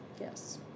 Yes